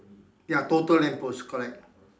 ya total lamp post correct